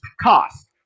cost